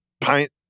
pint